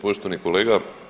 Poštovani kolega.